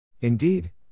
Indeed